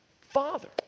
Father